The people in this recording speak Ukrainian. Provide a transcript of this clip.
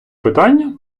питання